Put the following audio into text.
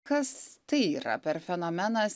kas tai yra per fenomenas